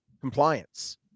compliance